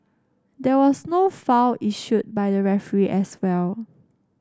there was no foul issued by the referee as well